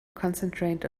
concentrate